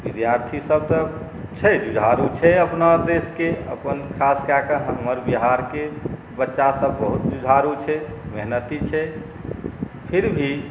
विद्यार्थीसभ तऽ छै जुझारू छै अपना देशके अपन खास कए कऽ हमर बिहारके बच्चासभ बहुत जुझारू छै मेहनती छै फिर भी